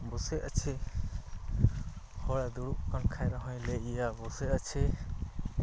ᱵᱚᱥᱮ ᱟᱪᱷᱮ ᱦᱚᱲᱮ ᱫᱩᱲᱩᱵ ᱟᱠᱟᱱ ᱠᱷᱟᱱᱦᱚᱸᱭ ᱞᱟᱹᱭᱮᱫᱼᱟᱭ ᱵᱚᱥᱮ ᱟᱪᱷᱮ